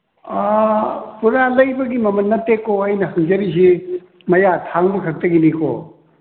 ꯄꯨꯔꯥ ꯂꯩꯕꯒꯤ ꯃꯃꯟ ꯅꯠꯇꯦꯀꯣ ꯑꯩꯅ ꯍꯪꯖꯔꯤꯁꯤ ꯃꯌꯥ ꯊꯥꯡꯕꯈꯛꯇꯒꯤꯅꯤꯀꯣ